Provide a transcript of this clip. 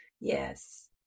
Yes